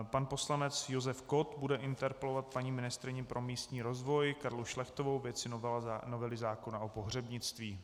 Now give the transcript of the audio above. Pan poslanec Josef Kott bude interpelovat paní ministryni pro místní rozvoj Karlu Šlechtovou ve věci novely zákona o pohřebnictví.